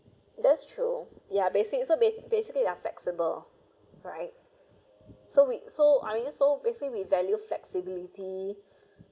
that's true yeah basic so bas~ basically they're flexible right so we so I mean so basically we value flexibility